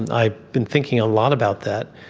i've been thinking a lot about that.